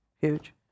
Huge